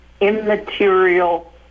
immaterial